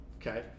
okay